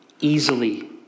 easily